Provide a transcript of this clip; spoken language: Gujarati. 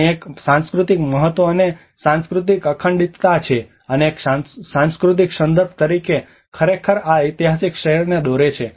અને એક સાંસ્કૃતિક મહત્વ અને સાંસ્કૃતિક અખંડિતતા છે અને એક સાંસ્કૃતિક સંદર્ભ તરીકે જે ખરેખર આ ઐતિહાસિક શહેરને દોરે છે